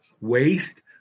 waste